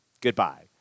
Goodbye